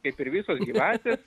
kaip ir visos gyvatės